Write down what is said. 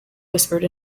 whispered